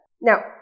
Now